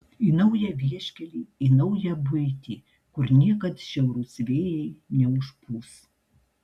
į naują vieškelį į naują buitį kur niekad šiaurūs vėjai neužpūs